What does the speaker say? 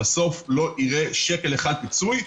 בסוף לא יראה שקל אחד של פיצוי,